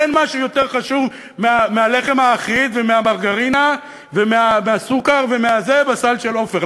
אין משהו יותר חשוב מהלחם האחיד ומהמרגרינה ומהסוכר בסל של עופר.